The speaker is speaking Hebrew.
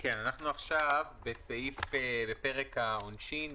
אנחנו עכשיו בפרק העונשין,